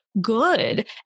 good